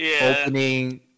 opening